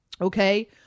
Okay